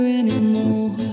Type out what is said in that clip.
anymore